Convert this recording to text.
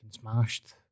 smashed